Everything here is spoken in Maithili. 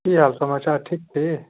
की हाल समाचार ठीक छी